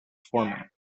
format